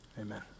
Amen